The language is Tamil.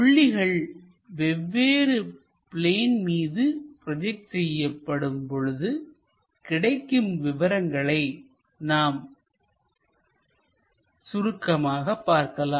புள்ளிகள் வெவ்வேறு பிளேன் மீது ப்ரோஜெக்ட் செய்யப்படும் போது கிடைக்கும் விவரங்களை நாம் சுருக்கமாக பார்க்கலாம்